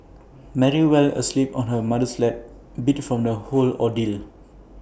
Mary fell asleep on her mother's lap beat from the whole ordeal